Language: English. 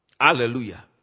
Hallelujah